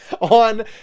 on